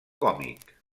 còmic